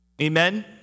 amen